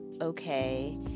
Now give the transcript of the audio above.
okay